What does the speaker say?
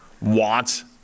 want